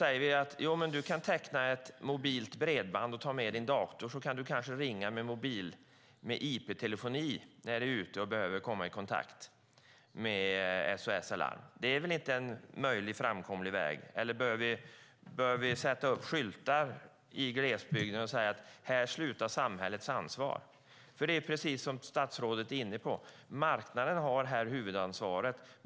Säger vi att man kan teckna ett avtal om mobilt bredband, ta med sin dator och kanske ringa med IP-telefoni när man behöver komma i kontakt med SOS Alarm? Det är väl inte en framkomlig väg? Eller bör vi sätta upp skyltar i glesbygden som visar var samhällets ansvar slutar? Det är precis som statsrådet är inne på, att det är marknaden har huvudansvaret.